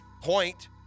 point